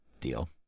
deal